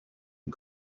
and